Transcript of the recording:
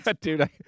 dude